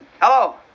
Hello